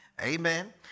Amen